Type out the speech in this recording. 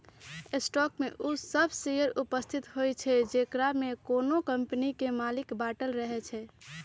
stock में उ सभ शेयर उपस्थित होइ छइ जेकरामे कोनो कम्पनी के मालिक बाटल रहै छइ